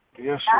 Yes